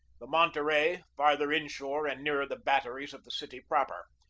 the monterey farther inshore and nearer the batteries of the city proper,